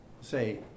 say